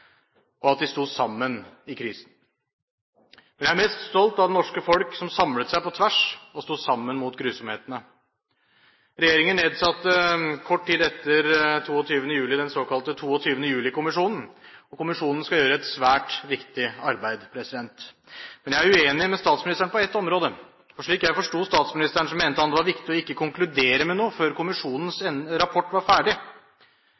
og at de sto sammen i krisen. Men jeg er mest stolt av det norske folk, som samlet seg på tvers og sto sammen mot grusomhetene. Regjeringen nedsatte kort tid etter 22. juli den såkalte 22. juli-kommisjonen. Kommisjonen skal gjøre et svært viktig arbeid. Men jeg er uenig med statsministeren på ett område, for slik jeg forsto statsministeren, mente han at det var viktig ikke å konkludere med noe før kommisjonens rapport var ferdig,